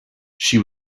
she